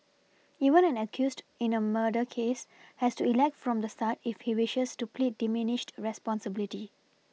even an accused in a murder case has to elect from the start if he wishes to plead diminished responsibility